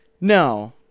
No